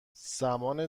زمان